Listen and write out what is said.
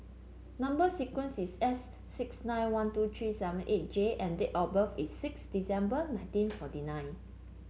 number sequence is S six nine one two three seven eight J and date of birth is six December nineteen forty nine